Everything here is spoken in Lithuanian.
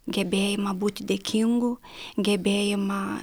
gebėjimą būti dėkingu gebėjimą